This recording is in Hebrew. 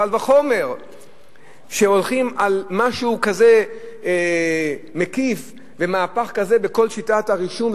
קל וחומר כשהולכים על משהו כזה מקיף ומהפך כזה בכל שיטת הרישום,